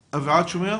בבקשה.